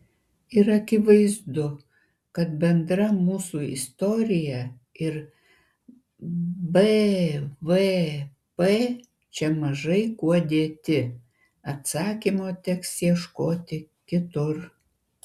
ir akivaizdu kad bendra mūsų istorija ir bvp čia mažai kuo dėti atsakymo teks ieškoti kitur